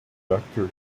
vector